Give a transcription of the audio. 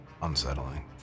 Unsettling